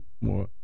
more